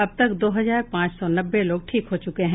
अब तक दो हजार पांच सौ नब्बे लोग ठीक हो चूके हैं